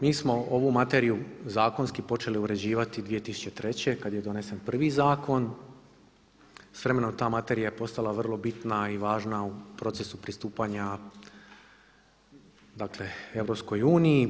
Mi smo ovu materiju zakonski počeli uređivati 2003. kad je donesen prvi zakon, s vremenom je ta materija postala vrlo bitna i važna u procesu pristupanja dakle EU.